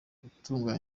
gutungwa